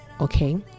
Okay